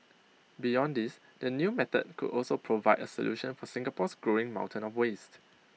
beyond this the new method could also provide A solution for Singapore's growing mountain of waste